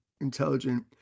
intelligent